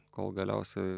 kol galiausiai